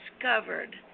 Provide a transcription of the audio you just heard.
discovered